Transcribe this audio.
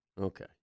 Okay